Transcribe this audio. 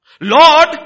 Lord